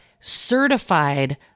certified